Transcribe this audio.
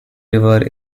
river